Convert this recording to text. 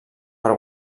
per